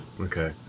Okay